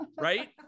right